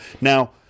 Now